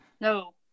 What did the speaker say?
No